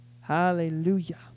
Hallelujah